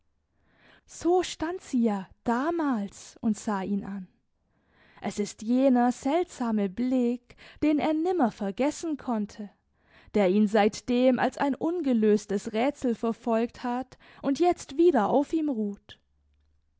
so stand sie ja damals und sah ihn an es ist jener seltsame blick den er nimmer vergessen konnte der ihn seitdem als ein ungelöstes rätsel verfolgt hat und jetzt wieder auf ihm ruht